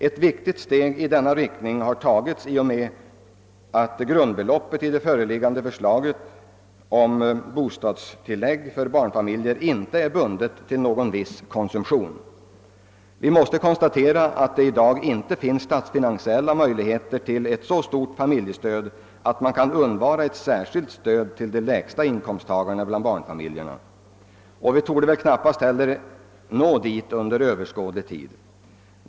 Ett viktigt steg i denna riktning har tagits i och med att grundbeloppet i det föreliggande förslaget om bostadstillägg för barnfamiljer inte är bundet till någon viss konsumtion. Vi måste konstatera att det i dag inte finns statsfinansiella förutsättningar till ett så stort familjestöd, att man kan undvara ett särskilt stöd till de barnfamiljer som har de lägsta inkomsterna, och det torde knappast heller vara möjligt att nå dit under överskådlig tid.